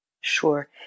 Sure